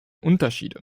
unterschiede